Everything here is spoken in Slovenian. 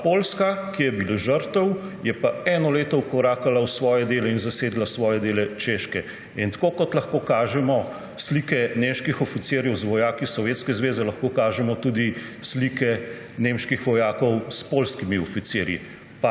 Poljska, ki je bila žrtev, je pa eno leto vkorakala v svoje delo in zasedla svoje dele Češke. Tako kot lahko kažemo slike nemških oficirjev z vojaki Sovjetske zveze, lahko kažemo tudi slike nemških vojakov s poljskimi oficirji.